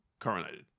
coronated